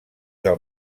del